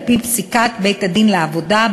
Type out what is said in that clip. על-פי פסיקת בית-הדין לעבודה,